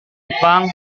jepang